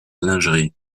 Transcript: lingerie